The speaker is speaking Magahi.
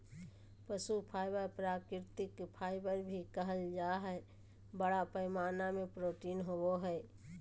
पशु फाइबर प्राकृतिक फाइबर भी कहल जा हइ, बड़ा पैमाना में प्रोटीन होवो हइ